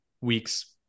week's